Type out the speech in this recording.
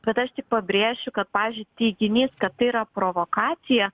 bet aš tik pabrėšiu kad pavyzdžiui teiginys kad tai yra provokacija